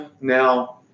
Now